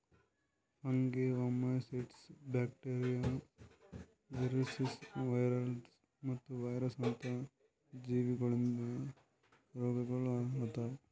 fungi, oomycetes, bacteria, viruses, viroids ಮತ್ತ virus ಅಂತ ಜೀವಿಗೊಳಿಂದ್ ರೋಗಗೊಳ್ ಆತವ್